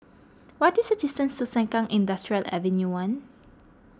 what is the distance to Sengkang Industrial Avenue one